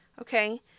Okay